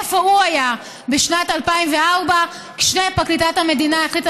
איפה הוא היה בשנת 2004 כשפרקליטת המדינה החליטה